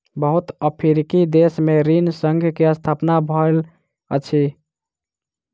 बहुत अफ्रीकी देश में ऋण संघ के स्थापना भेल अछि